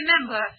remember